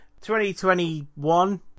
2021